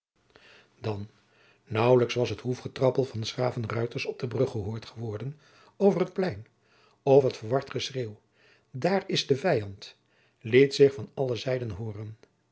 dan naauwlijks was het hoefgetrappel van s graven ruiters op de brug gehoord geworden over het plein of het verward geschreeuw daar is de vijand liet zich van alle zijden hooren